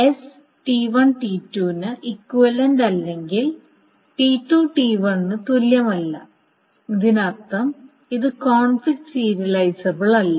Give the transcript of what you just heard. S T1 T2 ന് equivalent അല്ലെങ്കിൽ T2 T1 ന് തുല്യമല്ല അതിനർത്ഥം ഇത് കോൺഫ്ലിക്റ്റ് സീരിയലൈസബിളല്ല